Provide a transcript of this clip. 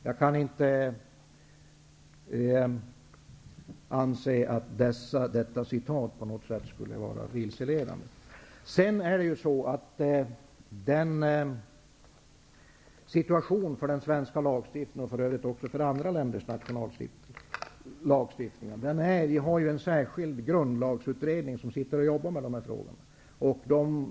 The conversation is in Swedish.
Jag kan inte anse att detta citat på något sätt skulle vara vilseledande. När det gäller situationen för den svenska lagstiftningen, och för övrigt gäller motsvarande också för andra länders lagstiftning, finns det en särskild grundlagsutredning som jobbar med de här frågorna.